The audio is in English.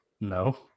No